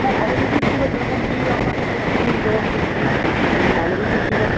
হ্যাঁ ভালো দুধই ছিল যেরকম দিই আপনাকে প্রত্যেকদিন যেমন দুধ দিই সেই ভালো দুধই ছিল